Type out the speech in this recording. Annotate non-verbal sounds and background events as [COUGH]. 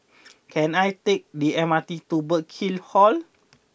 [NOISE] can I take the M R T to Burkill Hall